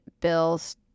bills